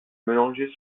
mélanger